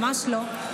ממש לא.